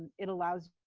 it allows